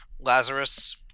Lazarus